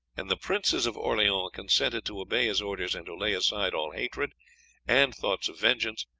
and the princes of orleans consented to obey his orders and to lay aside all hatred and thoughts of vengeance,